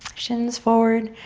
shins forward.